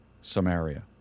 Samaria